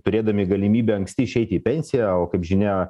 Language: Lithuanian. turėdami galimybę anksti išeiti į pensiją o kaip žinia